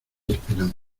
esperanza